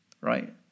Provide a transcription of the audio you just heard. right